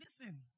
Listen